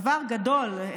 דבר גדול,